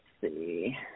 see